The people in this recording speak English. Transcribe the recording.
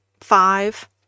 five